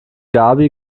gaby